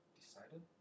decided